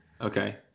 Okay